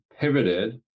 pivoted